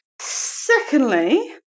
secondly